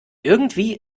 irgendwie